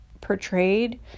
portrayed